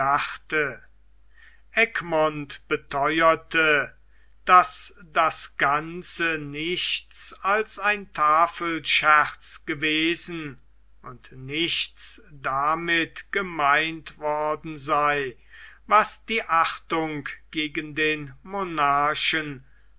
egmont betheuerte daß das ganze nichts als ein tafelscherz gewesen und nichts damit gemeint worden sei was die achtung gegen den